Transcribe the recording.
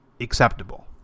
Acceptable